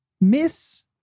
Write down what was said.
miss